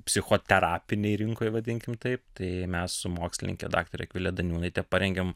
psichoterapinėj rinkoj vadinkim taip tai mes su mokslininke daktare akvile daniūnaite parengėm